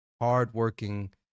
hardworking